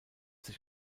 sich